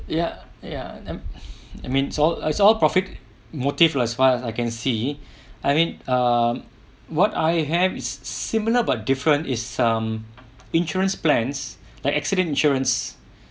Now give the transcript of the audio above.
ya ya then I mean it's all it's all profit motive lah as far as I can see I mean err what I have similar but different is um insurance plans like accident insurance